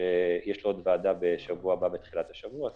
שיש לו עוד ועדה בתחילת השבוע הבא,